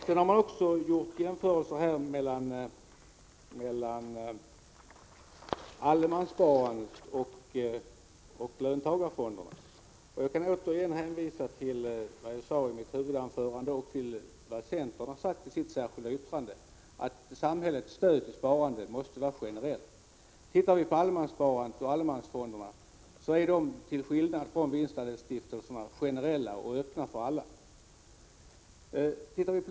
Det har också gjorts jämförelser mellan allemanssparandet och löntagarfonderna. Jag kan återigen hänvisa till vad jag sade i mitt huvudanförande och vad centern har sagt i sitt särskilda yttrande: Samhällets stöd till sparande måste vara generellt. Allemanssparandet och allemansfonderna är, till skillnad från vinstandelsstiftelserna, generella och öppna för alla.